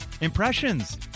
impressions